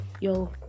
yo